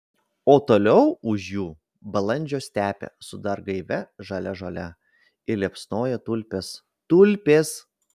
o toliau už jų balandžio stepė su dar gaivia žalia žole ir liepsnoja tulpės tulpės